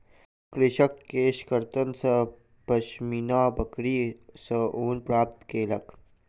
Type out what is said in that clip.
कृषक केशकर्तन सॅ पश्मीना बकरी सॅ ऊन प्राप्त केलक